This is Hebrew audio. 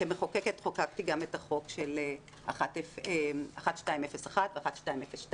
כמחוקקת חוקקתי גם את החוק של 1201 ו-1202,